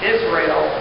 Israel